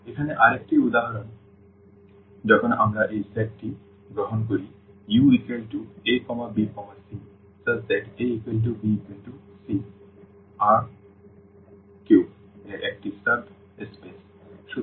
এখানে আরেকটি উদাহরণ যখন আমরা এই সেটটি গ্রহণ করি UabcabcR3এর একটি সাব স্পেস